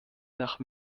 nach